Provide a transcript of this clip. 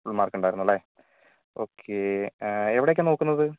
full mark ഉണ്ടായിരുന്നു അല്ലേ okay എവിടെയൊക്കെയാണ് നോക്കുന്നത്